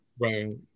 Right